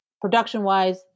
production-wise